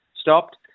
stopped